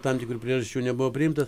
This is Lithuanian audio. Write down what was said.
tam tikrų priežasčių nebuvo priimtas